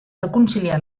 reconciliar